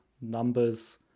numbers